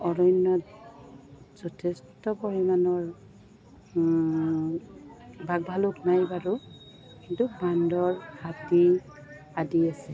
অৰণ্যত যথেষ্ট পৰিমাণৰ বাঘ ভালুক নাই বাৰু কিন্তু বান্দৰ হাতী আদি আছে